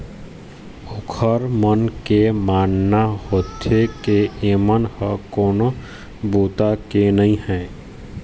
ओखर मन के मानना होथे के एमन ह कोनो बूता के नइ हे